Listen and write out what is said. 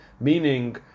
meaning